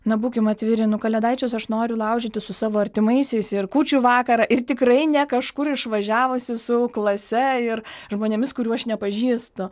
na būkim atviri nu kalėdaičius aš noriu laužyti su savo artimaisiais ir kūčių vakarą ir tikrai ne kažkur išvažiavusi su klase ir žmonėmis kurių aš nepažįstu